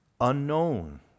unknown